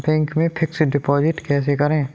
Bank में fix deposit कैसे करें?